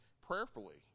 prayerfully